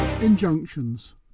Injunctions